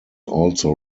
also